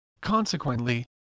Consequently